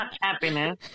happiness